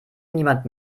niemand